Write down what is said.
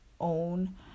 own